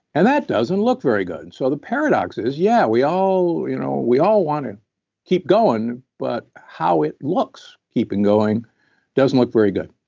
and that doesn't look very good. and so the paradox is yeah we all you know we all want to keep going, but how it looks keeping going doesn't look very good.